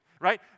right